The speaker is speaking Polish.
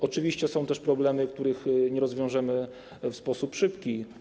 Oczywiście są też problemy, których nie rozwiążemy w sposób szybki.